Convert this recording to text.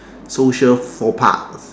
so we shall faux pas